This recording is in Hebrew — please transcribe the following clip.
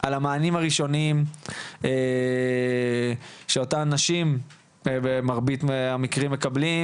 על המענים הראשונים שאותן נשים במרבית המקרים מקבלות,